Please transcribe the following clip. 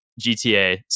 GTA